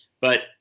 But-